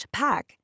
pack